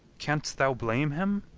canst thou blame him?